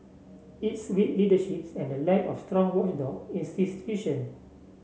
it's weak leaderships and lack of strong watchdog institution